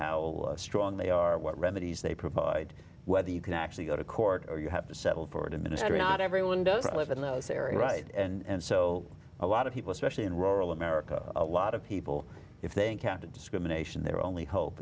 how strong they are what remedies they provide whether you can actually go to court or you have to settle for the ministry not everyone doesn't live in those areas right and so a lot of people especially in rural america a lot of people if they encounter discrimination their only hope